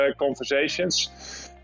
conversations